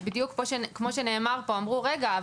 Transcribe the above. אז בדיוק כמו שנאמר פה אמרו 'רגע,